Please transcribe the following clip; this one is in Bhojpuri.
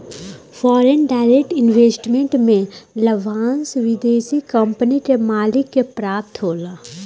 फॉरेन डायरेक्ट इन्वेस्टमेंट में लाभांस विदेशी कंपनी के मालिक के प्राप्त होला